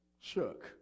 shook